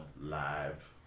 live